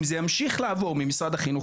אם זה ימשיך לעבור ממשרד החינוך,